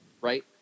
Right